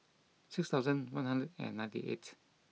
six thousand one hundred and ninety eight